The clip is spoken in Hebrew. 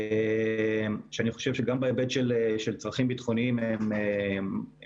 שאני חושב שגם בהיבט של צרכים ביטחוניים משרד